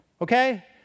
okay